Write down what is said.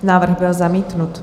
Návrh byl zamítnut.